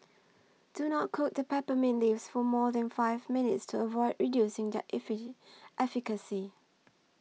do not cook the peppermint leaves for more than five minutes to avoid reducing their efficient efficacy